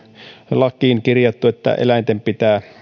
lakiin kirjattu että eläinten pitää